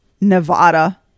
nevada